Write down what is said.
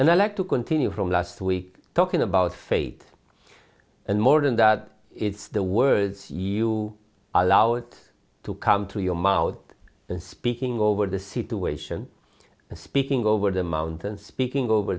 and i like to continue from last week talking about faith and more than that it's the words you are allowed to come to your mouth and speaking over the situation and speaking over the mountain speaking over